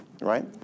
right